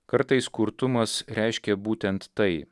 kartais kurtumas reiškia būtent tai